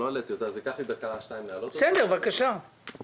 מזיכרונך, אתה יודע שיש איזו